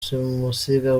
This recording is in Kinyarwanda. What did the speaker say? simusiga